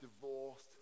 divorced